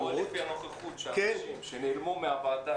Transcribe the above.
אתה רואה לפי הנוכחות של האנשים שנעלמו מן הוועדה.